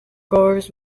goers